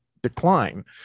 Decline